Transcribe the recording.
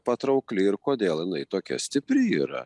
patraukli ir kodėl jinai tokia stipri yra